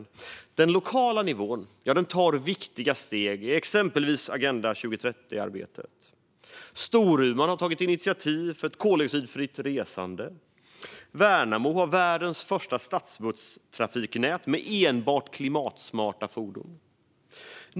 På den lokala nivån tas viktiga steg i exempelvis arbetet med Agenda 2030: Storuman har tagit initiativ för koldioxideffektivt resande, och Värnamo har världens första stadsbusstrafiknät med enbart klimatsmarta fordon.